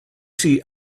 see